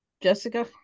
Jessica